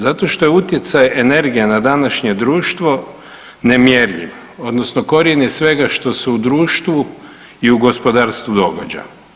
Zato što je utjecaj energije na današnje društvo nemjerljiv odnosno korijen je svega što se u društvu i u gospodarstvu događa.